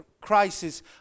crisis